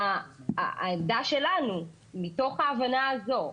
העמדה שלנו מתוך ההבנה הזו,